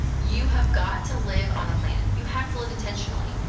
you have got to live on a plan. you have to live intentionally.